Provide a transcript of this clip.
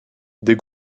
des